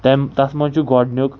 تَمہِ تَتھ منٛز چھُ گۄڈنیُٚک